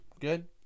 good